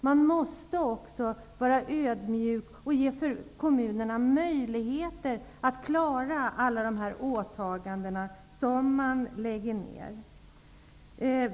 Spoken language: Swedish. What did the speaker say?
Man måste också vara ödmjuk och ge kommunerna möjligheter att klara av alla de åtaganden som man lägger på dem.